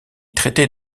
traités